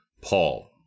Paul